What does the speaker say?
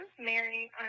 Mary